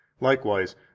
likewise